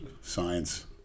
science